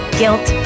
guilt